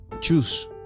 Choose